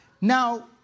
Now